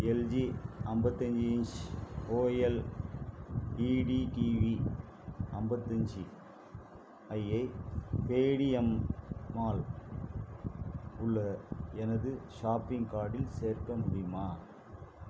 LG அம்பத்தஞ்சு inch OLED TV அம்பத்தஞ்சு ஐயை பேடிஎம் மால் உள்ள எனது ஷாப்பிங் கார்டில் சேர்க்க முடியுமா